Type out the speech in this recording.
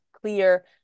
clear